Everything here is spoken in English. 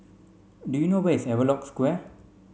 do you know where is Havelock Square